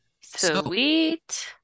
Sweet